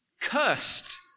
cursed